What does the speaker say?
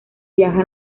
viaja